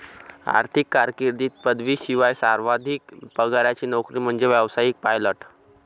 आर्थिक कारकीर्दीत पदवीशिवाय सर्वाधिक पगाराची नोकरी म्हणजे व्यावसायिक पायलट